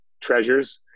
treasures